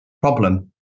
problem